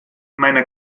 meiner